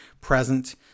present